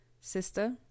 Sister